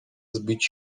zbić